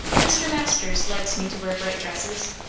mr. masters likes me to wear bright dresses.